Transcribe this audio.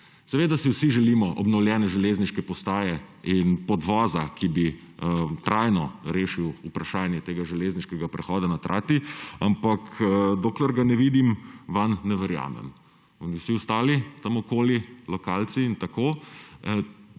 Seveda si vsi želimo obnovljene železniške postaje in podvoza, ki bi trajno rešil vprašanje tega železniškega prehoda na Trati, ampak dokler ga ne vidim, vanj ne verjamem, in vsi ostali, tam okoli, lokalci in tako,